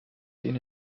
been